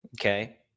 okay